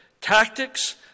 tactics